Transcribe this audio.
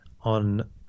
on